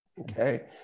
okay